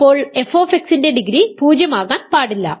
അപ്പോൾ f ന്റെ degree 0 ആകാൻ പാടില്ല